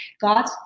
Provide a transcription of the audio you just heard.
God